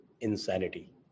insanity